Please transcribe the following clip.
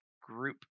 group